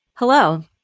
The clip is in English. Hello